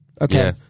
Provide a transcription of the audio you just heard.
Okay